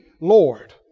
Lord